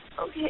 Okay